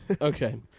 okay